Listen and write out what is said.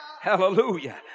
hallelujah